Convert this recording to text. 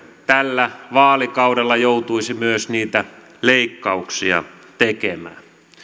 tällä vaalikaudella joutuisi myös niitä leikkauksia tekemään